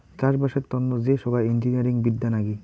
চাষবাসের তন্ন যে সোগায় ইঞ্জিনিয়ারিং বিদ্যা নাগি